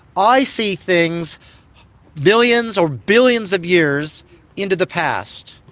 i see things millions or billions of years into the past.